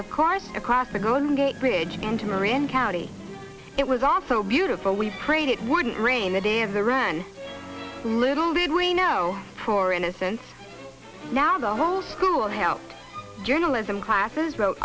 of course across the golden gate bridge into marion county it was all so beautiful we prayed it wouldn't rain the day of the run little did we know for innocence now the whole school helped journalism classes wrote